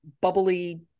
bubbly